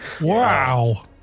Wow